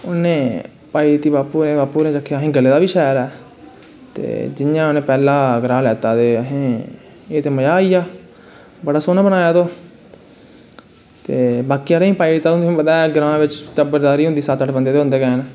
उनें पाई दित्ती बापू होरें गी दी बापू होरे आक्खेआ गले दा बी शैल ऐ जियां उनें पैह्ला गराह् लैत्ता ते अहैं मजा आई गेआ बड़ा सोहनी बनाया तूं ते बाकी आह्लें गी पाई दित्ता तुसेंगी पता ऐ टब्बरदारी होंदी सत्त अट्ठ बंदे ते होंदे गै न